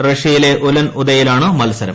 റഷ്യയിലെ ഉലൻ ഉദെയിലാണ് മത്സരം